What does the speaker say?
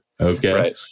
Okay